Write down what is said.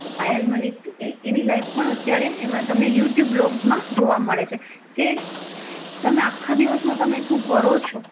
એ પાયલ મલિક એની લાઈફ પણ અત્યારે એમાં તમને યુટ્યુબ વ્લોગ્સમાં જોવા મળે છે કે તમે આખા દિવસમાં તમે શું કરો છો